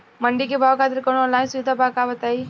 मंडी के भाव खातिर कवनो ऑनलाइन सुविधा बा का बताई?